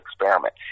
experiment